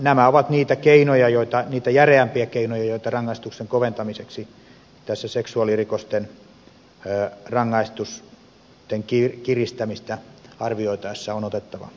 nämä ovat niitä järeämpiä keinoja joita rangaistuksen koventamiseksi seksuaalirikosten rangaistusten kiristämistä arvioitaessa on otettava esille